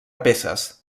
peces